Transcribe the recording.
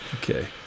Okay